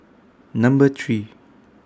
Number three